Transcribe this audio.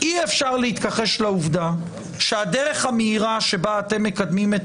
אי-אפשר להתכחש לעובדה שהדרך המהירה שבה אתם מקדמים את